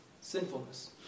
Sinfulness